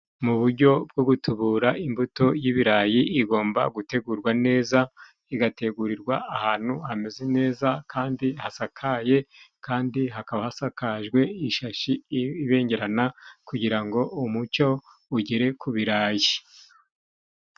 Mu bujyo bwo gutubura imbuto y'ibirayi igomba gutegurwa neza, igategurirwa ahantu hameze neza kandi hasakaye, kandi hakaba hasakajwe ishashi ibengerana kugira ngo umucyo ugere ku birarayi.